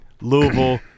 Louisville